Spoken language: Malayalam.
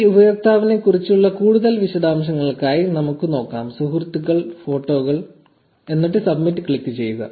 ഈ ഉപയോക്താവിനെ കുറിച്ചുള്ള കൂടുതൽ വിശദാംശങ്ങൾക്കായി നമുക്ക് നോക്കാം സുഹൃത്തുക്കൾ ഫോട്ടോകൾ എന്നിട്ട് 'സബ്മിറ്റ്' ക്ലിക്കുചെയ്യുക